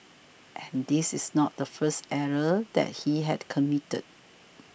and this is not the first error that he had committed